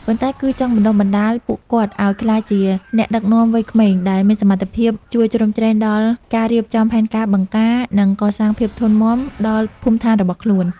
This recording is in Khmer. ប៉ុន្តែគឺចង់បណ្ដុះបណ្ដាលពួកគាត់ឱ្យក្លាយជាអ្នកដឹកនាំវ័យក្មេង ដែលមានសមត្ថភាពជួយជ្រោមជ្រែងដល់ការរៀបចំផែនការបង្ការ និងកសាងភាពធន់មាំដល់ភូមិឋានរបស់ខ្លួន។